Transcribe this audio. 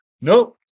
nope